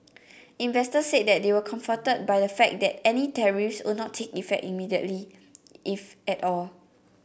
investor said they were comforted by the fact that any tariffs would not take effect immediately if at all